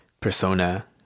persona